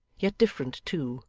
yet different too,